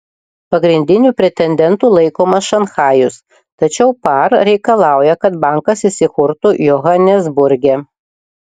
pagrindiniu pretendentu laikomas šanchajus tačiau par reikalauja kad bankas įsikurtų johanesburge